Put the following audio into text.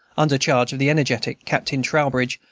under charge of the energetic captain trowbridge,